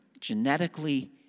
genetically